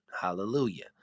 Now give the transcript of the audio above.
Hallelujah